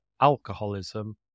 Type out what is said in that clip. alcoholism